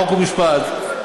חוק ומשפט.